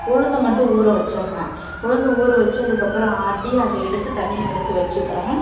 உளுந்தை மட்டும் ஊற வச்சிடுறேன் உளுந்தை ஊற வச்சு அதுக்கப்புறம் ஆட்டி அதை எடுத்து தனியாக எடுத்து வச்சுக்கிறேன்